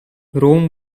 rome